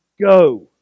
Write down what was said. go